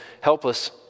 helpless